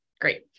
Great